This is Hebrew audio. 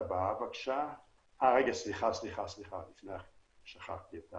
יש פה